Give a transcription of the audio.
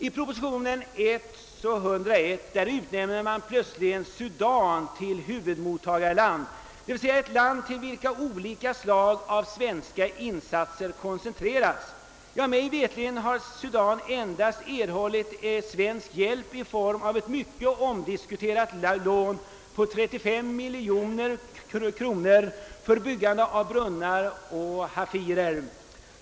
I propositionen nr 101 utnämns plötsligt Sudan till huvudmottagarland, d.v.s. till ett land dit olika slag av svenska insatser koncentreras. Mig veterligt har Sudan endast erhållit svensk hjälp i form av ett mycket omdiskuterat lån på 35 miljoner kronor till byggande av brunnar och s.k. hafirer.